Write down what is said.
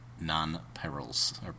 non-perils